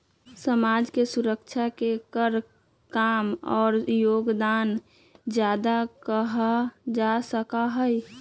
समाज के सुरक्षा के कर कम और योगदान ज्यादा कहा जा सका हई